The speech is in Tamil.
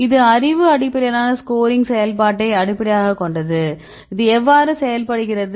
இது அறிவு அடிப்படையிலான ஸ்கோரிங் செயல்பாட்டை அடிப்படையாகக் கொண்டது இது எவ்வாறு செயல்படுகிறது